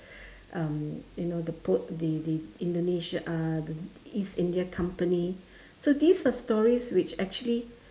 um you know the port the the Indonesia uh the East India company so these are stories which actually